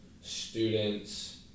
students